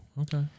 okay